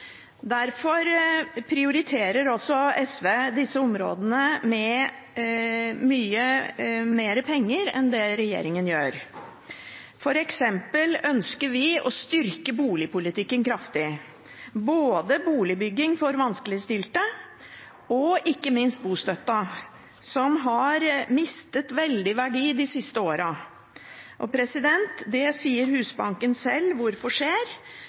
Derfor prioriterer også SV disse områdene med mye mer penger enn det regjeringen gjør. For eksempel ønsker vi å styrke boligpolitikken kraftig, både boligbygging for vanskeligstilte og ikke minst bostøtten, som har mistet veldig verdi de siste årene. Husbanken sier sjøl at det skjer